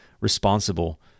responsible